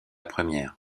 première